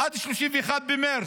עד 31 במרץ